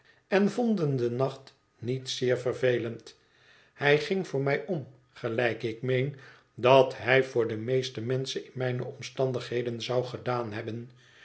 en vonden den nacht niet zeer vervelend hij ging voor mij om gelijk ik meen dat hij voor de meeste menschen in mijne omstandigheden zou gedaan hebben